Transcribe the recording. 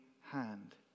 hand